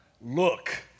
Look